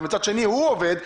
מצד שני הוא עובד,